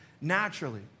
naturally